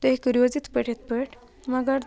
تُہۍ کٔرِو حظ یِتھ پٲٹھۍ یِتھ پٲٹھۍ مگر